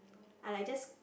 I like just